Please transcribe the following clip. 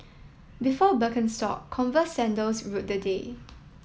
before Birkenstock Converse sandals ruled the day